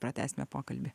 pratęsime pokalbį